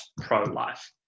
pro-life